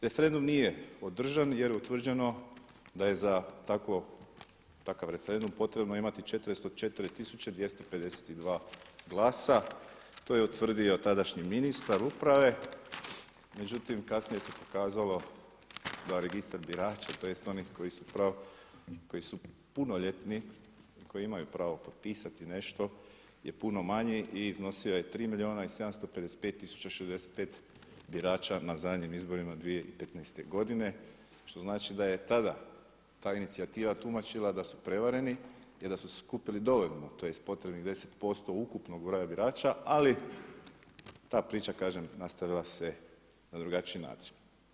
Referendum nije održan jer je utvrđeno da je za takav referendum potrebno imati 404 tisuće 252 glasa, to je utvrdio tadašnji ministar uprave, međutim kasnije se pokazalo da registar birača tj. onih koji su punoljetni koji imaju pravo potpisati nešto je puno manji i iznosio je tri milijuna 755 tisuća 065 birača na zadnjim izborima 2015. godine što znači da je tada ta inicijativa tumačila da su prevareni i da su skupili dovoljno tj. potrebnih 10% ukupnog broja birača, ali ta priča kažem nastavila se na drugačiji način.